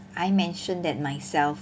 I mentioned that myself